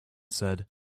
said